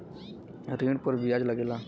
ऋण पर बियाज लगेला